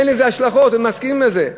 אין לזה השלכות, הם מסכימים לזה.